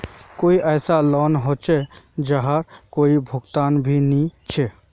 कोई ऐसा लोन होचे जहार कोई भुगतान नी छे?